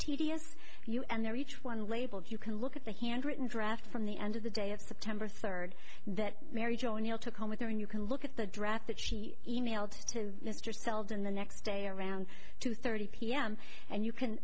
tedious you and there each one labelled you can look at the handwritten draft from the end of the day of september third that mary jo neal took home with her and you can look at the draft that she e mailed to mr selden the next day around two thirty pm and you can